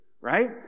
right